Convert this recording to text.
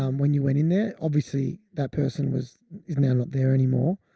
um when you went in there, obviously that person was, is now not there anymore.